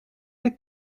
die